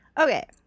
Okay